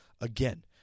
Again